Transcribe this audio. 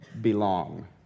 Belong